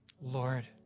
Lord